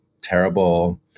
terrible